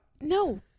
No